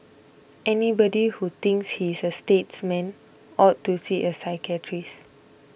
anybody who thinks he is a statesman ought to see a psychiatrist